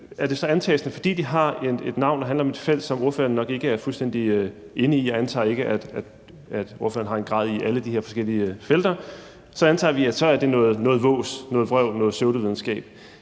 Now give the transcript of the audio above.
er det antagelsen, at fordi de har et navn, der handler om et felt, som ordføreren nok ikke er fuldstændig inde i – jeg antager ikke, at ordføreren har en grad i alle de her forskellige felter – så er det noget vås, noget vrøvl, noget pseudovidenskab?